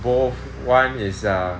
both one is err